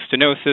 stenosis